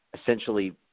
essentially